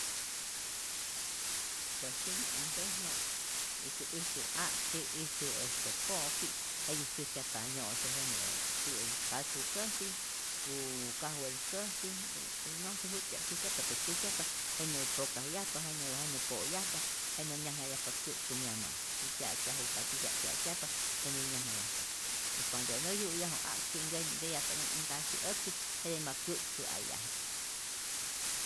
Pues jinhä äj ntäkmä ijtu ijtu a'ksyi, ijtu este po'ki, jetij tzyäjkyajpa nyo'se jenää ti'yäk katzukäsi u kajwelkäsi o no se jutya'p tzyäjkyajpa pe tzyäjkyajpa, jenä pokajyajpa, jenä po'yajpa, jenä nyajnhayajpa kyu'tku myama'i, nä pya'tyaju ka titya'p pya'tyajpa jenä nyajnhayajpa y cuando nä yu'yaju a'ksyi nken nkeyajpa't äj nkasyi äksi jete ma kyu'tpä'ayaje.